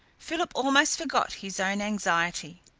philip almost forgot his own anxiety.